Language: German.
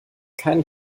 keinen